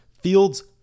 fields